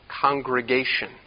congregation